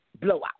blowout